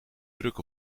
druk